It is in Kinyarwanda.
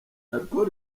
alcool